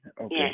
Okay